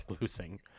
losing